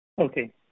Okay